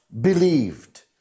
believed